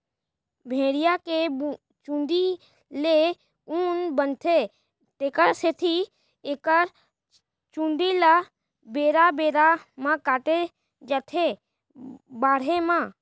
भेड़िया के चूंदी ले ऊन बनथे तेखर सेती एखर चूंदी ल बेरा बेरा म काटे जाथ बाड़हे म